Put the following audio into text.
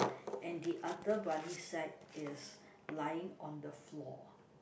and the other brawny sack is lying on the floor